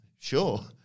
sure